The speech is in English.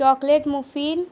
chocolate muffin